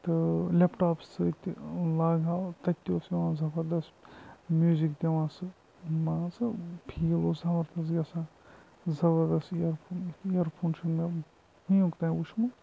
تہٕ laptop سۭتۍ تہِ لاگہٕ ہاو تَتہٕ اوس یِوان زَبردَست میوزِک دِوان سُہ مان ژٕ فیٖل اوس زَبردَست گَژھان زَبردَست یُتھ ایر فون چھُنہٕ مےٚ وُنیُک تانۍ وُچھمُت کِہیٖنۍ